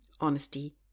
honesty